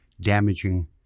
damaging